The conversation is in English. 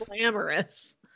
glamorous